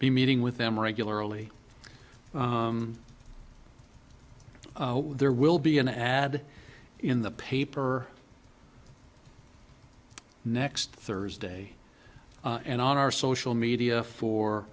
be meeting with them regularly there will be an ad in the paper next thursday and on our social media for